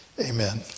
amen